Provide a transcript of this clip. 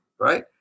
Right